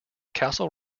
castle